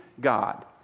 God